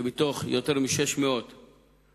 שמתוך יותר מ-600 דוחות